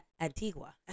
antigua